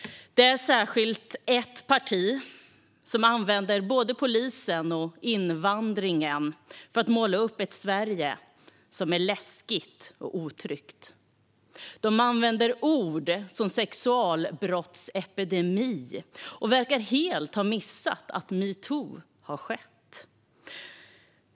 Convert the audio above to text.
Det är särskilt ett parti som använder både polisen och invandringen för att måla upp ett Sverige som är läskigt och otryggt. Man använder ord som sexualbrottsepidemi och verkar helt ha missat metoo.